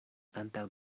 antaŭ